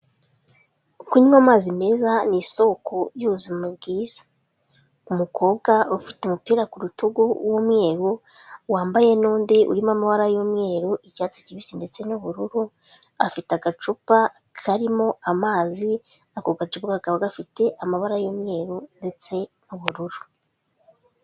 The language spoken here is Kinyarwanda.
Kunywa amazi meza ni isoko y'ubuzima bwiza, umukobwa ufite umupira ku rutugu w'umweruru, wambaye n'undi urimo amabara y'umweru, icyatsi kibisi, ndetse n'ubururu, afite agacupa karimo amazi, ako gacupa kakaba gafite amabara y'umweru ndetse n'ubururu.